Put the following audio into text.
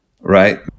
right